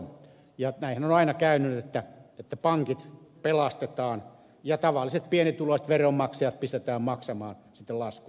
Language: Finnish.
näinhän on aina käynyt että pankit pelastetaan ja tavalliset pienituloiset veronmaksajat pistetään maksamaan sitten laskut